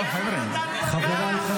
בואו, חבר'ה.